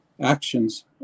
actions